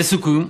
לסיכום,